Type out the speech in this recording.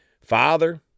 Father